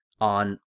on